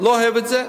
לא אוהב את זה,